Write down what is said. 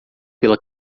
pela